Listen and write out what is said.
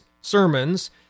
sermons